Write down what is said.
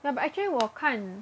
ya but actually 我看